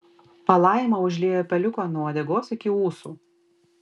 palaima užliejo peliuką nuo uodegos iki ūsų